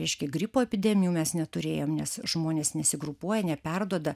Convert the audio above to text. reiškia gripo epidemijų mes neturėjom nes žmonės nesigrupuoja neperduoda